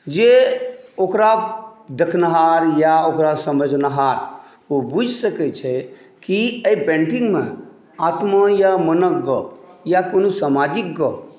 जे ओकरा देखनिहार या ओकरा समझनिहार ओ बुझि सकै छै कि एहि पेन्टिंगमे आत्मा या मनक गप या कोनो सामाजिक गप